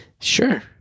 Sure